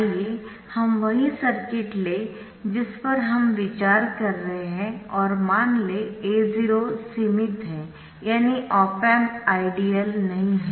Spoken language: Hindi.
आइए हम वही सर्किट लें जिस पर हम विचार कर रहे है और मान लें A0 सीमित है यानी ऑप एम्प आइडियल नहीं है